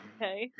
Okay